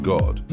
God